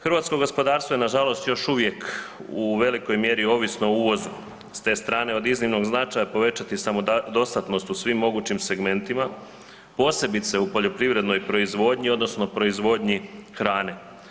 Hrvatsko gospodarstvo je nažalost još uvijek u velikoj mjeri ovisno o uvozu, s te strane od iznimnog značaja povećati samodostatnost u svim mogućim segmentima, posebice u poljoprivrednoj proizvodnji odnosno proizvodnji hrane.